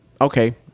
Okay